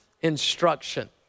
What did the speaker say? instruction